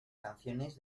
canciones